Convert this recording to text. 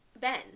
Ben